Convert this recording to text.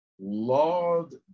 Lord